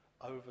over